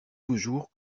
toujours